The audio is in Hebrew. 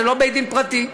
זה לא בית-דין פרטי.